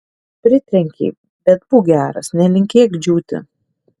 pritrenkei bet būk geras nelinkėk džiūti